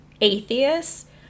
atheists